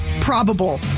probable